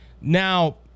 Now